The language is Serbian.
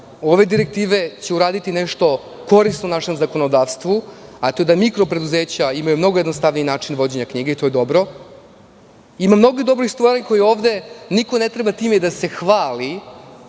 Ove direktive će uradi nešto korisno našem zakonodavstvu, a to je da mikro preduzeća imaju mnogo jednostavniji način vođenja knjiga i to je dobro. Ima mnogo dobrih stvari kojima ovde niko ne treba da se hvali,